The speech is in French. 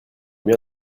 bien